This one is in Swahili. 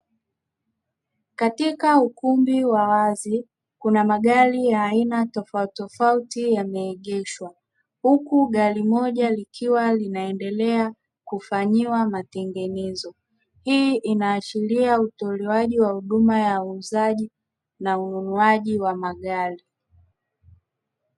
Katika ukumbi wa wazi kuna magari ya aina tofautitofauti yameegeshwa huku gari moja likiwa linaendelea kufanyiwa matenga, hii inaashiria utoalewaji wa huduma ya uuzaji na ununuaji wa magari.